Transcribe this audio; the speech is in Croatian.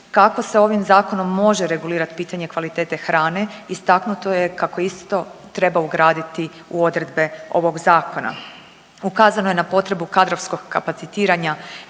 Kako se ovim zakonom može regulirati pitanje kvalitete hrane istaknuto je kako isto treba ugraditi u odredbe ovog zakona. Ukazano je na potrebu kadrovskog kapacitiranja